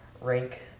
rank